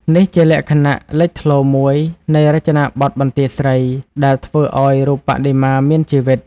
នេះជាលក្ខណៈលេចធ្លោមួយនៃរចនាបថបន្ទាយស្រី ដែលធ្វើឱ្យរូបបដិមាមានជីវិត។